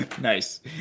Nice